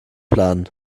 planen